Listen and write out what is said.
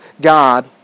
God